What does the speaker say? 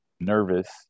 nervous